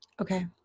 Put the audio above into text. Okay